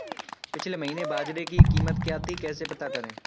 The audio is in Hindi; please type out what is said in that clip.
पिछले महीने बाजरे की कीमत क्या थी कैसे पता करें?